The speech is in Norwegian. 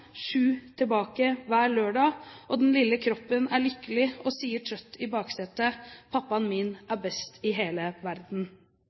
tilbake hver lørdag, og den lille kroppen er lykkelig og sier trøtt i baksetet «pappaen min er best i hele verden».»